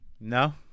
No